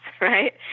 right